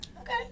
Okay